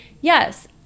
yes